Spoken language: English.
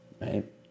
right